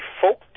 folk